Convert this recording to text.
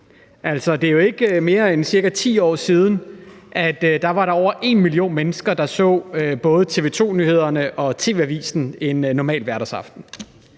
det er jo ikke mere end ca. 10 år siden, at der var over 1 million mennesker, der så både TV 2-nyhederne og TV Avisen en normal hverdagsaften.